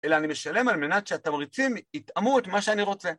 אלא אני משלם על מנת שהתמריצים יתאמו את מה שאני רוצה.